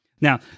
Now